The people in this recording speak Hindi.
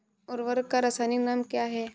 उर्वरक का रासायनिक नाम क्या है?